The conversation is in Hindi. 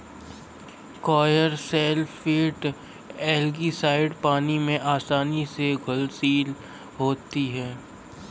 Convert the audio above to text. कॉपर सल्फेट एल्गीसाइड पानी में आसानी से घुलनशील है